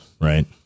right